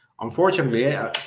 unfortunately